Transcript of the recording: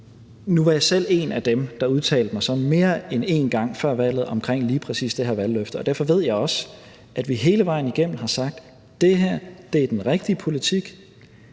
Nu var jeg selv en af dem, der udtalte mig mere end en gang før valget om lige præcis det her valgløfte, og derfor ved jeg også, at vi hele vejen igennem har sagt: Det her er den rigtige politik.